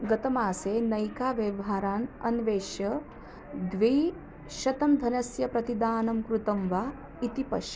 गतमासे नैकाव्यवहारान् अन्विष्य द्विशतं धनस्य प्रतिदानं कृतं वा इति पश्य